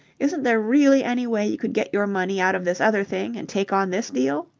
isn't there really any way you could get your money out of this other thing and take on this deal?